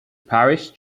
parish